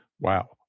Wow